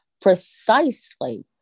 Precisely